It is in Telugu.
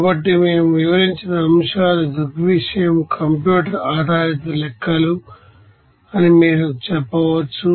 కాబట్టి మేము వివరించిన అంశాలు దృగ్విషయం కంప్యూటర్ ఆధారిత లెక్కలు అని మీరు చెప్పవచ్చు